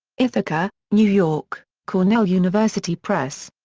ithaca, new york cornell university press.